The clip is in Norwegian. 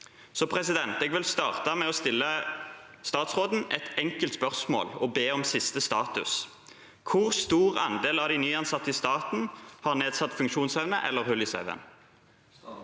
Jeg vil derfor starte med å stille statsråden et enkelt spørsmål – og be om siste status: Hvor stor andel av de nyansatte i staten har nedsatt funksjonsevne eller hull i cv-en?